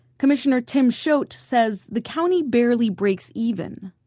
commissioner tim choate said the county barely breaks even.